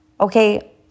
Okay